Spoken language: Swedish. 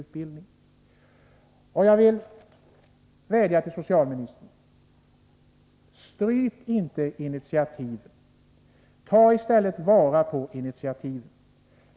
Jag vill vädja till socialministern: Stryp inte initiativen, utan ta i stället vara på dem!